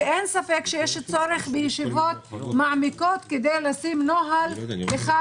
אין ספק שיש צורך בישיבות מעמיקות כדי לקבוע נוהל אחד